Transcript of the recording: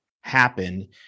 happen